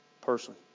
person